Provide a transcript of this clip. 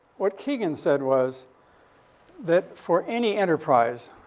what keegan said was that, for any enterprise,